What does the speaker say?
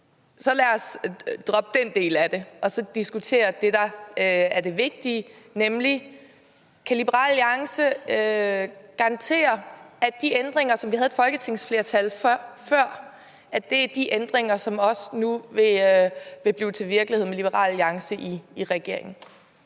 Så lad os droppe den del af det og diskutere det, der er det vigtige, nemlig: Kan Liberal Alliance garantere, at de ændringer, som vi havde et folketingsflertal for før, er de ændringer, som nu vil blive til virkelighed med Liberal Alliance i regering?